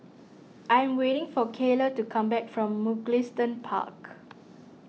I am waiting for Cayla to come back from Mugliston Park